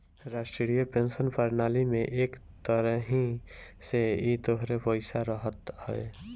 राष्ट्रीय पेंशन प्रणाली में एक तरही से इ तोहरे पईसा रहत हवे